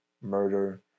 murder